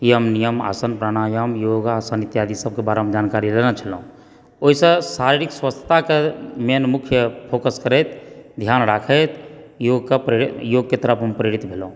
यम नियम आसन प्रणायाम योगासन इत्यादि सभके बारेमे सब जानकारी लेने छलहुॅं ओहिसँ शारीरिक स्वस्थ्यताकेॅं मेन मुख्य फोकस करैत ध्यान राखैत योगके तरफ हम प्रेरित भेलहुॅं